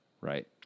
right